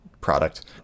product